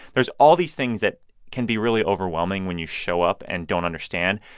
there's all these things that can be really overwhelming when you show up and don't understand,